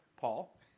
Paul